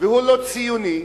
ולא ציוני.